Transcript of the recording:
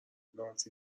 نانسی